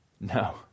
No